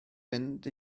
mynd